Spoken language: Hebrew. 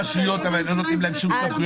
--- רשויות, אבל לא נותנים להם שום סמכויות.